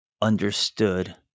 understood